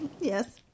Yes